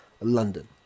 London